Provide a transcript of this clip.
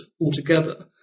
altogether